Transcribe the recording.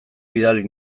bidali